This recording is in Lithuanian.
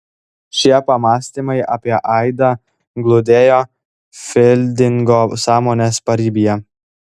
šie pamąstymai apie aidą glūdėjo fildingo sąmonės paribyje